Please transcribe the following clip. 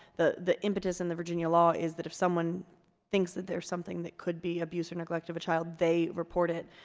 the the impetus in the virginia law is that if someone thinks that there's something that could be abuse or neglect of a child they report it,